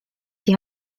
die